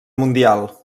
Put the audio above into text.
mundial